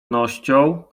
nością